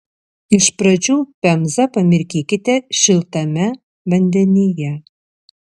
iš pradžių pemzą pamirkykite šiltame vandenyje